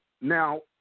now